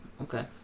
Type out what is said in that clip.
okay